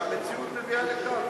והמציאות מביאה לכך,